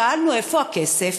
שאלנו, איפה הכסף?